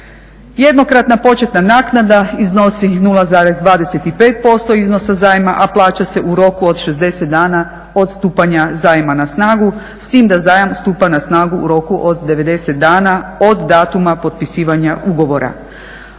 početna naknada iznosi 0,25% iznosa zajma a plaća se u roku od 60 dana od stupanja zajma na snagu s time da zajam stupa na snagu u roku od 90 dana od datuma potpisivanja ugovora.